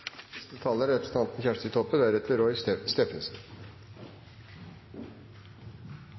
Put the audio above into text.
Neste taler er representanten Kjersti Toppe